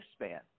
lifespan